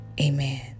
Amen